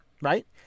right